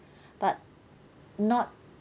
but not